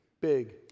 big